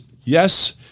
Yes